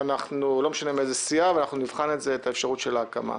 לא משנה מאיזו סיעה, ואנחנו נבחן את אפשרות ההקמה.